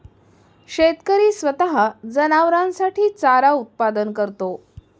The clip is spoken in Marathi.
शेतकरी स्वतः जनावरांसाठी चारा उत्पादन करतो